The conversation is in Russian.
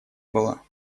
было